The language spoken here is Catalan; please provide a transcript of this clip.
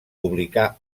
publicà